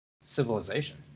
Civilization